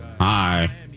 Hi